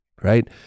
right